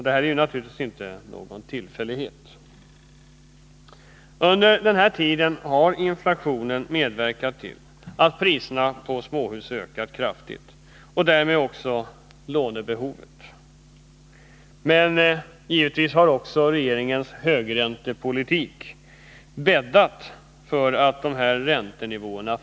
Det är naturligtvis inte någon tillfällighet. Under samma tid har inflationen medverkat till att priserna på småhus — och därmed också lånebehoven — kraftigt ökat. Men givetvis har också regeringens högräntepolitik bäddat för sådana räntenivåer.